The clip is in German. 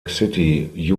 city